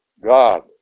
God